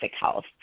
health